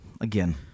Again